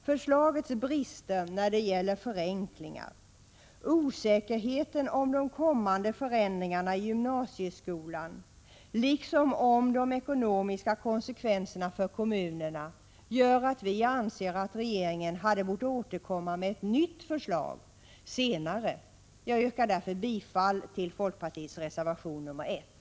Förslagets brister när det gäller förenklingar, osäkerheten om de kommande förändringarna i gymnasieskolan liksom om de ekonomiska konsekvenserna för kommunerna gör att vi anser att regeringen hade bort återkomma med ett nytt förslag senare. Jag yrkar därför bifall till folkpartiets reservation nr 1.